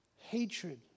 hatred